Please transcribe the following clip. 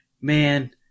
man